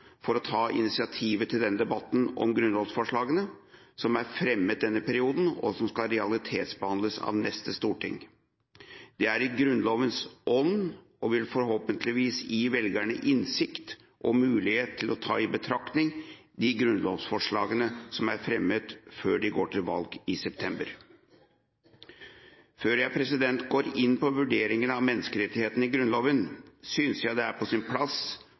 til å ta i betraktning de grunnlovsforslagene som er fremmet, før de går til valg i september. Før jeg går inn på vurderingen av menneskerettighetene i Grunnloven, synes jeg det er på sin plass